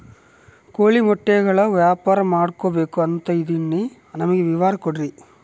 ಕೋಳಿ ಮೊಟ್ಟೆಗಳ ವ್ಯಾಪಾರ ಮಾಡ್ಬೇಕು ಅಂತ ಇದಿನಿ ನನಗೆ ವಿವರ ಕೊಡ್ರಿ?